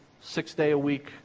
six-day-a-week